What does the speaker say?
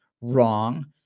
wrong